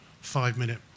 five-minute